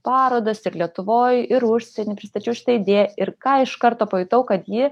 parodas ir lietuvoj ir užsieny pristačiau šitą idėją ir ką iš karto pajutau kad ji